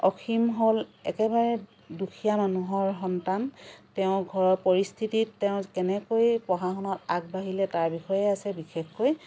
অসীম হ'ল একেবাৰে দুখীয়া মানুহৰ সন্তান তেওঁ ঘৰৰ পৰিস্থিতিত তেওঁ কেনেকৈ পঢ়া শুনাত আগবাঢ়িলে তাৰ বিষয়ে আছে বিশেষকৈ